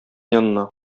янына